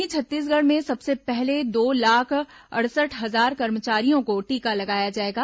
वहीं छत्तीसगढ़ में सबसे पहले दो लाख सड़सठ हजार कर्मचारियों को टीका लगाया जाएगा